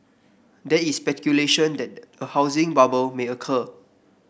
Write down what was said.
there is speculation that the a housing bubble may occur